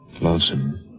Lonesome